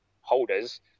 holders